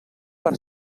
per